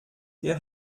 ihr